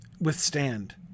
withstand